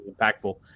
impactful